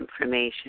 information